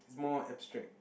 it's more abstract